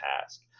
task